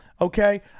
Okay